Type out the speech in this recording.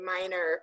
minor